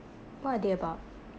what are they about